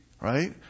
Right